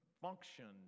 function